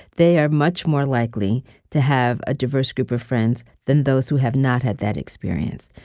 they are much more likely to have a diverse group of friends than those who have not had that experience.